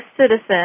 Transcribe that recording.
citizen